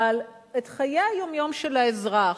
אבל את חיי היום-יום של האזרח,